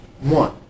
One